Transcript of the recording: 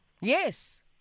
Yes